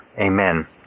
Amen